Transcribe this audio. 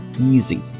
Easy